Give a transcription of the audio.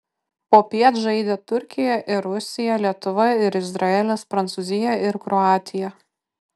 popiet žaidė turkija ir rusija lietuva ir izraelis prancūzija ir kroatija